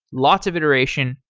lots of iteration,